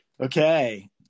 Okay